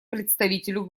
представителю